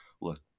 look